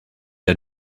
had